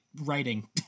writing